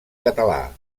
català